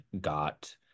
got